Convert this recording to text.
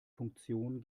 funktion